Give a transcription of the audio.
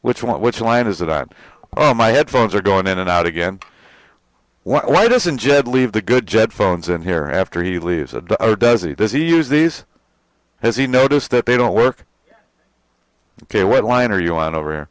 which one which line is that i'm oh my headphones are going in and out again why doesn't jed leave the good job phones in here after he leaves a diode does he does he use these has he noticed that they don't work ok what line are you on over here